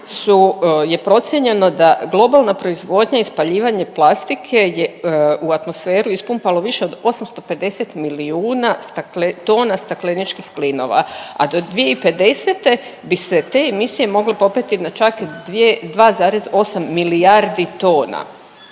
je procijenjeno da globalna proizvodnja i spaljivanje plastike je, u atmosferu ispumpalo više od 850 milijuna tona stakleničkih plinova, a do 2050. bi se te emisije mogle popeti na čak 2,8 milijardi tona